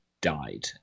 died